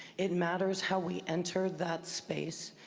it matters how we enter that space.